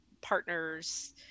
partners